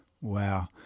Wow